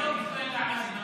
איך סגלוביץ' לא ידע מה זה ממ"ז?